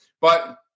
But-